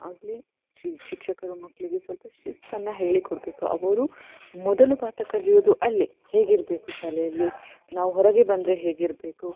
ಆಗಲೇ ಶಿಕ್ಷಕರು ಮಕ್ಕಳಿಗೆ ಸ್ವಲ್ಪ ಶಿಸ್ತನ್ನು ಹೇಳಿಕೊಡಬೇಕು ಅವರು ಮೊದಲು ಪಾಠ ಕಲಿಯೋದು ಅಲ್ಲೇ ಹೇಗಿರಬೇಕು ಶಾಲೆಯಲ್ಲಿ ನಾವು ಹೊರಗೆ ಬಂದರೆ ಹೇಗಿರಬೇಕು